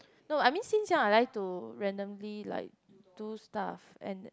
no I mean since young I like to randomly like do stuff and